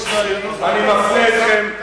היושב-ראש גר, אני מפנה אתכם,